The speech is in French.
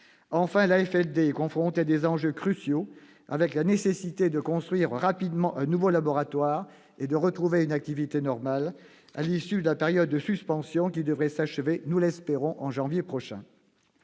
Enfin, l'AFLD est confrontée à des enjeux cruciaux, avec la nécessité de construire rapidement un nouveau laboratoire et de retrouver une activité normale à l'issue de la période de suspension qui devrait s'achever, nous l'espérons, en janvier prochain.